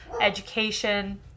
education